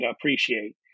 appreciate